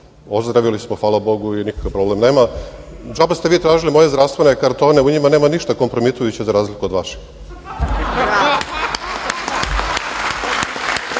Ozdravili smo, hvala Bogu, i nikakav problem nema. Džaba ste vi tražili moje zdravstvene kartone, u njima nema ništa kompromitujuće, za razliku od